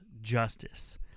justice